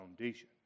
foundation